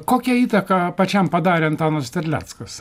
kokią įtaką pačiam padarė antanas terleckas